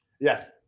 Yes